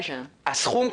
הסכום,